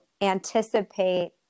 anticipate